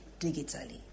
digitally